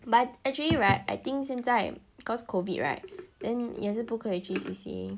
but actually [right] I think 现在 because COVID [right] then 也是不可以去 C_C_A